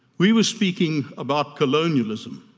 we were speaking about colonialism,